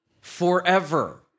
forever